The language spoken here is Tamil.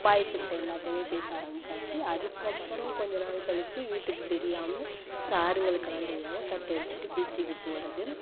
பாய்ஸுக்கிட்ட எல்லார்ட்டையுமே பேச ஆரம்மிச்சாச்சு அதுக்கப்புறோம் கொஞ்ச நாள் கழிச்சு வீட்டுக்கு தெரியாம சாருங்களுக்குளாம் தெரியாம கட்டடிச்சிவிட்டு பீச்சுக்கு போகறது